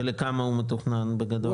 ולכמה הוא מתוכנן בגדול?